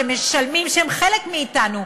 שהם חלק מאתנו,